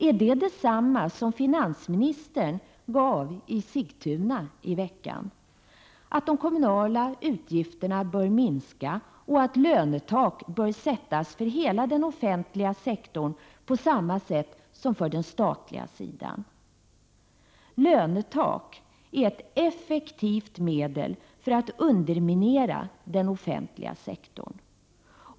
Är det detsamma som finansministern gav i Sigtuna i veckan, att de kommunala utgifterna bör minska och att lönetak bör sättas för hela den offentliga sektorn på samma sätt som för den statliga sidan? Lönetak är ett effektivt medel för att underminera den offentliga sektorn.